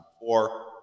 four